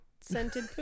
scented